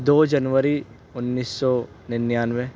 دو جنوری انیس سو ننیانوے